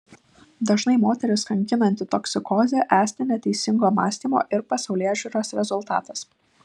dažnai moteris kankinanti toksikozė esti neteisingo mąstymo ir pasaulėžiūros rezultatas